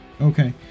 Okay